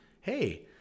Hey